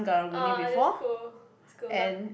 ah that's cool it's cool luck